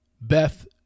Beth